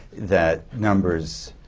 that numbers,